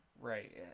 right